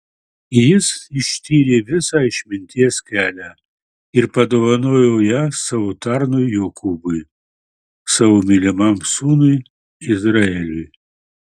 jis ištyrė visą išminties kelią ir padovanojo ją savo tarnui jokūbui savo mylimam sūnui izraeliui